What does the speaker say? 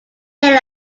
kill